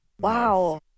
Wow